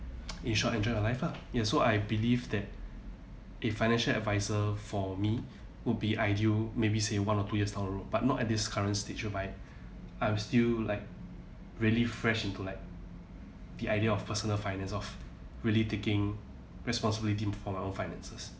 in short enjoy your life lah ya so I believe that a financial advisor for me would be ideal maybe say one or two years down the road but not at this current stage whereby I'm still like really fresh into like the idea of personal finance of really taking responsibility for my own finances